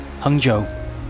Hangzhou